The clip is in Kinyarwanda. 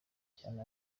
cyane